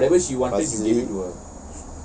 okay